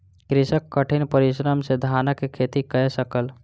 कृषक कठिन परिश्रम सॅ धानक खेती कय सकल